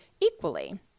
equally